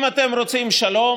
אם אתם רוצים שלום